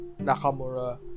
Nakamura